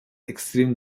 extrem